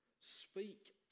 speak